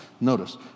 Notice